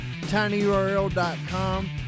tinyurl.com